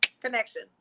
connection